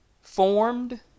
formed